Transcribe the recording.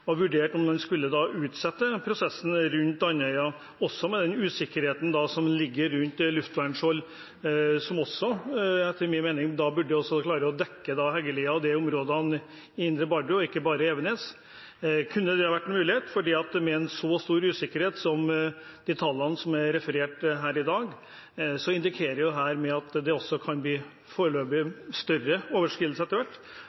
også usikkerhet rundt luftvernskjold, som etter min mening også burde klare å dekke Heggelia og områdene i indre Bardu, og ikke bare Evenes. Kunne det vært en mulighet? For med så stor usikkerhet som med de tallene som er referert her i dag, indikerer det – foreløpig – at det kan bli større overskridelser etter hvert,